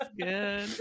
good